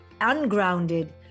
ungrounded